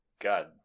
God